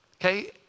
okay